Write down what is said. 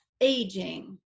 aging